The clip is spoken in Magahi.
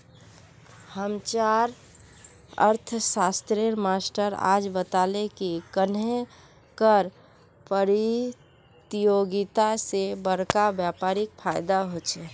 हम्चार अर्थ्शाश्त्रेर मास्टर आज बताले की कन्नेह कर परतियोगिता से बड़का व्यापारीक फायेदा होचे